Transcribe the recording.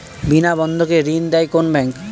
বিনা বন্ধকে ঋণ দেয় কোন ব্যাংক?